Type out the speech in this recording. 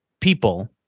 people